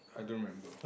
I don't remember